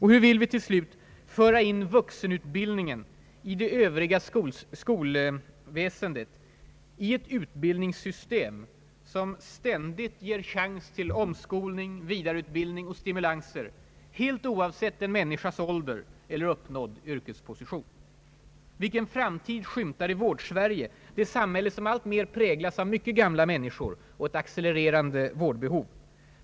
Hur vill vi föra in vuxenutbildningen i det övriga skolväsendet, i ett utbildningssystem som ständigt ger en chans till omskolning, vidareutbildning och stimulans, helt oavsett en människas ålder eller uppnådda yrkesposition? Och vilken framtid skymtar i Vårdsverige, det samhälle som alltmer präglas av mycket gamla människor med ett accellererande vårdbehov?